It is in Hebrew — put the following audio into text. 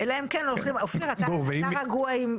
אלא אם כן הולכים, אופיר, אתה רגוע עם?